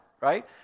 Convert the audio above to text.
Right